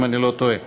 אם אני לא טועה.